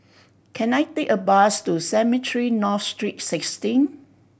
can I take a bus to Cemetry North Street Sixteen